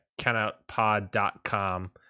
countoutpod.com